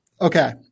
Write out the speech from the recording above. Okay